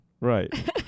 Right